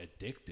addictive